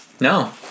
No